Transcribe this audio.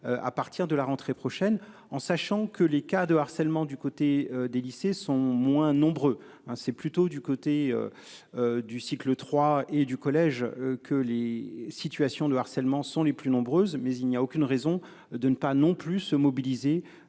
À partir de la rentrée prochaine en sachant que les cas de harcèlement. Du côté des lycées sont moins nombreux hein, c'est plutôt du côté. Du cycle 3 et du collège que les situations de harcèlement sont les plus nombreuses mais il n'y a aucune raison de ne pas non plus se mobiliser.